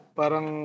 parang